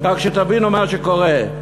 כך שתבינו מה שקורה.